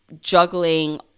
juggling